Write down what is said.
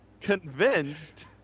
convinced